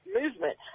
movement